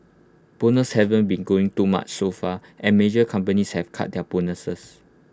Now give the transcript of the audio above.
bonuses haven't been growing too much so far and major companies have cut their bonuses